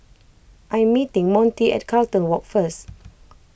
I am meeting Montie at Carlton Walk first